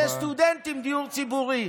לסטודנטים, דיור ציבורי?